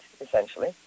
essentially